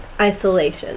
isolation